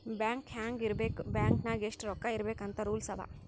bank ಹ್ಯಾಂಗ್ ಇರ್ಬೇಕ್ bank ನಾಗ್ ಎಷ್ಟ ರೊಕ್ಕಾ ಇರ್ಬೇಕ್ ಅಂತ್ ರೂಲ್ಸ್ ಅವಾ